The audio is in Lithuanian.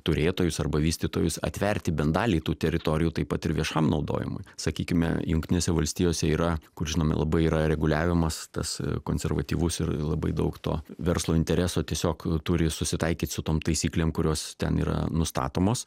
turėtojus arba vystytojus atverti bent dalį tų teritorijų taip pat ir viešam naudojimui sakykime jungtinėse valstijose yra kur žinomai labai yra reguliavimas tas konservatyvus ir labai daug to verslo intereso tiesiog turi susitaikyt su tom taisyklėm kurios ten yra nustatomos